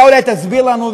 אתה אולי תסביר לנו,